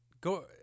Go